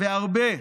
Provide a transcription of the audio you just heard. והרבה,